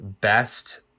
best